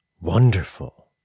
wonderful